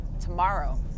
tomorrow